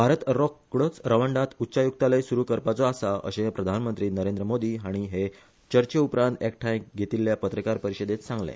भारत रोखरोच रवांडात उच्च्यायुक्तालय सुरु करपाचो आसा अशे प्रधानमंत्री मोदी हाणी हे चर्चे उपरांत एकठाय घेतिल्ले पत्रकार परिषदेत सांगले